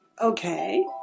okay